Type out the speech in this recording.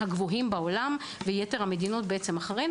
כאמור).